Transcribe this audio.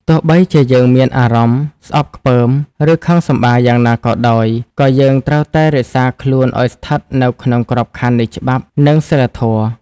ទោះបីជាយើងមានអារម្មណ៍ស្អប់ខ្ពើម ឬខឹងសម្បារយ៉ាងណាក៏ដោយ ក៏យើងត្រូវតែរក្សាខ្លួនឲ្យស្ថិតនៅក្នុងក្របខ័ណ្ឌនៃច្បាប់ និងសីលធម៌។